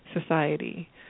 society